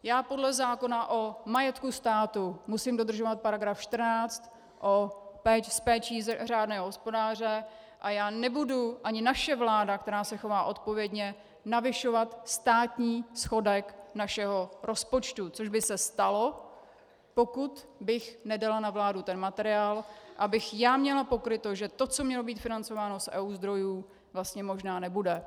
Já podle zákona o majetku státu musím dodržovat § 14 s péčí řádného hospodáře a já nebudu, ani naše vláda, která se chová odpovědně, navyšovat státní schodek našeho rozpočtu, což by se stalo, pokud bych nedala na vládu ten materiál, abych já měla pokryto, že to, co mělo být financováno z EU zdrojů, vlastně možná nebude.